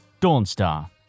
dawnstar